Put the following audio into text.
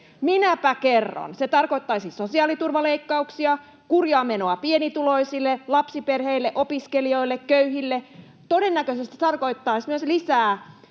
Minäpä kerron: se tarkoittaisi sosiaaliturvaleikkauksia, kurjaa menoa pienituloisille, lapsiperheille, opiskelijoille, köyhille. Todennäköisesti se tarkoittaisi myös lisää